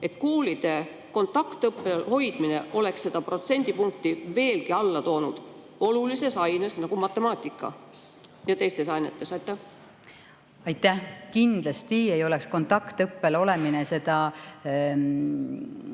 et koolide kontaktõppel hoidmine oleks seda protsendipunkti veelgi alla toonud nii olulises aines nagu matemaatika ja ka teistes ainetes? Aitäh! Kindlasti ei oleks kontaktõppel olemine